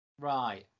Right